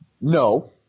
No